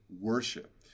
worship